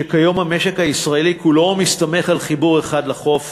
שכיום המשק הישראלי כולו מסתמך על חיבור אחד לחוף